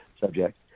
subject